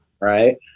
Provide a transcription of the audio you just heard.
right